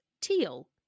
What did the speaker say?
teal